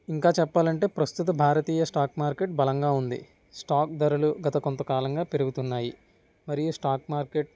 ఇంకా చెప్పాలంటే ప్రస్తుత భారతీయ స్టాక్ మార్కెట్ బలంగా ఉంది స్టాక్ ధరలు గత కొంతకాలంగా పెరుగుతున్నాయి మరియు స్టాక్ మార్కెట్